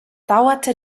dauerte